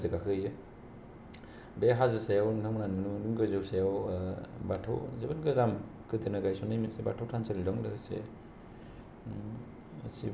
बे हाजो सायाव नोंथां मोना नुनो मोनगोन गोजौ सायाव बाथौ जोबोद गोजाम गोदोनो गायसननाय मोनसे बाथौ थानसालि दं लोगोसे शिब बोरायनि शिब